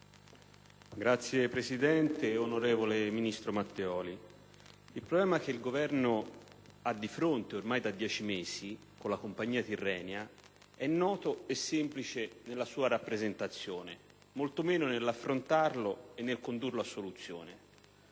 Signor Presidente, onorevole ministro Matteoli, il problema che il Governo ha di fronte, ormai da dieci mesi, con la compagnia di navigazione Tirrenia è noto e semplice nella sua rappresentazione; lo è molto meno per come affrontarlo e condurlo a soluzione.